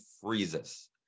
freezes